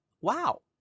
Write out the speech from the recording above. Wow